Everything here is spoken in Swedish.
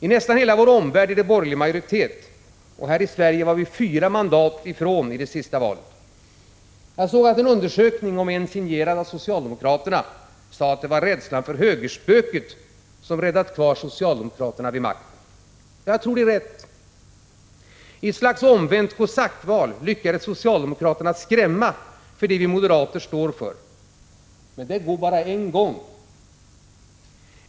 I nästan hela vår omvärld är det borgerlig majoritet — och här i Sverige var vi fyra mandat därifrån i det senaste valet. Jag såg att det i en undersökning, om än signerad av socialdemokraterna, sades att det var rädslan för ”högerspöket” som hade räddat kvar socialdemokraterna vid makten. Jag tror att det är rätt. I ett slags omvänt kosackval lyckades socialdemokraterna skrämma för det vi moderater står för. Men det går bara en gång.